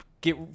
get